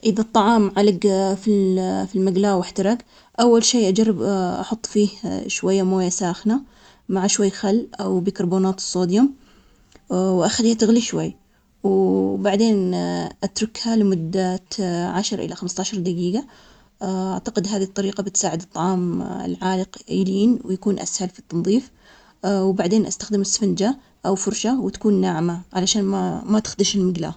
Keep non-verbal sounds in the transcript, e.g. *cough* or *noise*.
إذا الطعام علج في -في المجلاة، واحترق أول شيء أجرب أحط فيه شوية موية ساخنة مع شوي خل أو بكربونات الصوديوم، وأخليها تغلي شوي. وبعدين *hesitation* أتركها لمدة عشر إلى خمسة عشر دقيقة، *hesitation* أعتقد هذه الطريقة بتساعد الطعام العالق يلين ويكون أسهل في التنظيف ، وبعدين أستخدم إسفنجة أو فرشة وتكون ناعمة علشان ما -ما تخدش المجلاة.